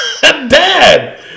dad